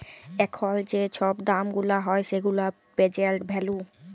এখল যে ছব দাম গুলা হ্যয় সেগুলা পের্জেল্ট ভ্যালু